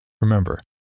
Remember